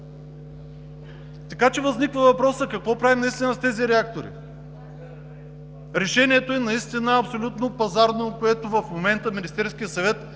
Така че възниква въпросът: какво правим наистина с тези реактори? Решението е абсолютно пазарно: в момента Министерският съвет